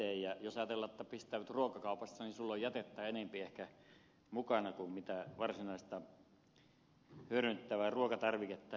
jos ajatellaan että pistäydyt ruokakaupassa niin sinulla on jätettä ehkä enempi mukana kuin varsinaista hyödynnettävää ruokatarviketta